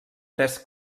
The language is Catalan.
tres